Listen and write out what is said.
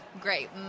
great